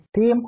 team